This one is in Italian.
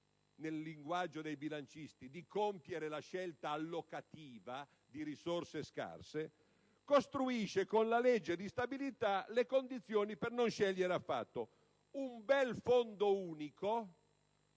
nel linguaggio dei bilancisti, di compiere la scelta allocativa di risorse scarse, costruisce con la legge di stabilità le condizioni per non scegliere affatto. Sceglie un bel fondo unico